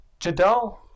Jadal